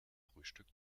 frühstück